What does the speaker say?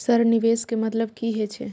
Sir निवेश के मतलब की हे छे?